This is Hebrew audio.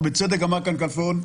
ובצדק אמר כאן כלפון,